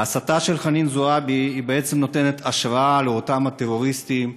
ההסתה של חנין זועבי בעצם נותנת השראה לאותם טרוריסטים,